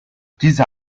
diese